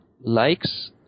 likes